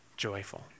joyful